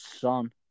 Son